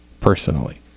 personally